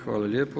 Hvala lijepo.